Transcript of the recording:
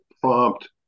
prompt